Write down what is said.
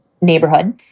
neighborhood